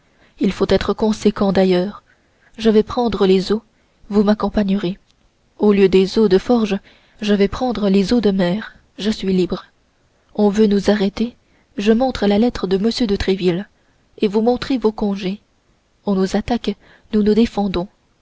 il faut être conséquent d'ailleurs je vais prendre les eaux vous m'accompagnerez au lieu des eaux de forges je vais prendre les eaux de mer je suis libre on veut nous arrêter je montre la lettre de m de tréville et vous montrez vos congés on nous attaque nous nous défendons